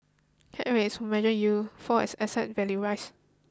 cap rates who measure yield fall as asset values rise